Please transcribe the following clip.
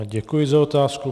Já děkuji za otázku.